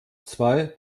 zwei